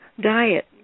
diet